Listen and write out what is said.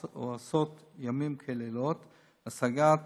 העושות לילות כימים להשגת